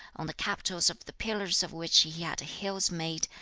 on the capitals of the pillars of which he had hills made,